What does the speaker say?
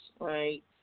right